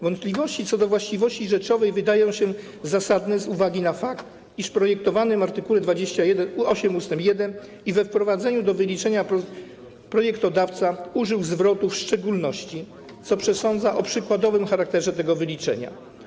Wątpliwości co do właściwości rzeczowej wydają się zasadne z uwagi na fakt, iż w projektowanym art. 28 ust. 1 we wprowadzeniu do wyliczenia projektodawca użył zwrotu „w szczególności”, co przesądza o przykładowym charakterze tego wyliczenia.